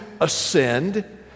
ascend